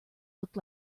looked